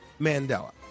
Mandela